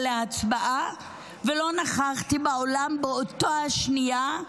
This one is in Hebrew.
להצבעה ולא נכחתי באולם באותה השנייה,